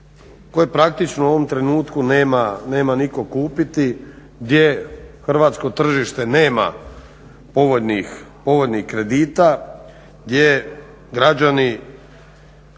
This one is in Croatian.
koje praktično u ovom trenutku nema nitko kupiti, gdje hrvatsko tržište nama povoljnih kredita, gdje građani